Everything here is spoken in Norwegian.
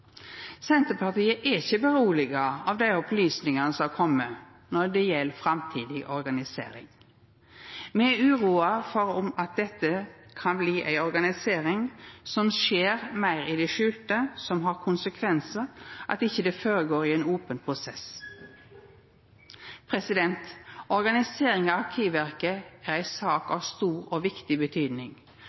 Senterpartiet er ikkje roa av dei opplysningane som er komne når det gjeld framtidig organisering. Me er uroa for at dette kan bli ei organisering som skjer meir i det skjulte, som har konsekvensen at ho ikkje går føre seg i ein open prosess. Organiseringa av Arkivverket er ei stor og viktig